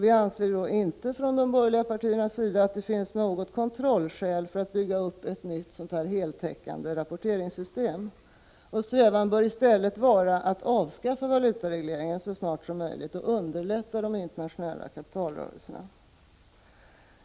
Vi anser inte från de borgerliga partiernas sida att det finns något kontrollskäl för att bygga upp ett nytt heltäckande rapporteringssystem. Vår strävan bör i stället vara att avskaffa valutaregleringen så snart som möjligt och underlätta de internationella kapitalrörelserna.